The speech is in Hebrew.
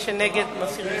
מי שנגד, בעד להסיר מסדר-היום.